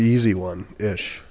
easy one ish